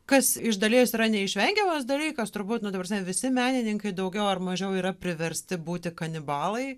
kas iš dalies yra neišvengiamas dalykas turbūt nu ta prasme visi menininkai daugiau ar mažiau yra priversti būti kanibalai